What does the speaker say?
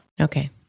Okay